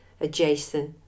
adjacent